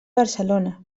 barcelona